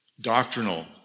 doctrinal